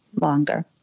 longer